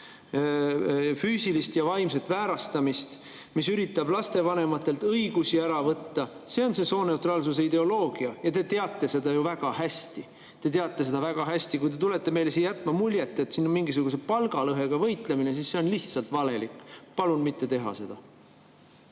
füüsilist ja vaimset väärastamist ja mis üritab lapsevanematelt õigusi ära võtta. See on see sooneutraalsuse ideoloogia ja te teate seda väga hästi. Te teate seda väga hästi. Kui te tulete meile siia jätma muljet, et see on mingisuguse palgalõhega võitlemine, siis see on lihtsalt valelik. Palun seda mitte teha.